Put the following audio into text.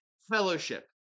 fellowship